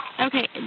Okay